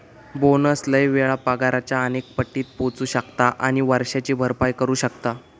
bonus लय वेळा पगाराच्या अनेक पटीत पोचू शकता आणि वर्षाची भरपाई करू शकता